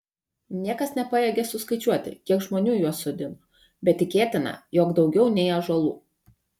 niekas nepajėgė suskaičiuoti kiek žmonių juos sodino bet tikėtina jog daugiau nei ąžuolų